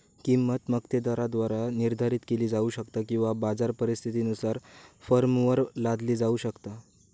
किंमत मक्तेदाराद्वारा निर्धारित केली जाऊ शकता किंवा बाजार परिस्थितीनुसार फर्मवर लादली जाऊ शकता